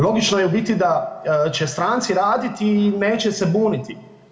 Logično je u biti da će stranci raditi i neće se buniti.